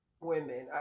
women